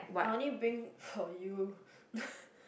I only bring for you